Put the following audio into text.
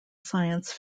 science